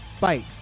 fight